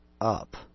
up